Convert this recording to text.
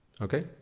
Okay